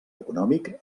econòmic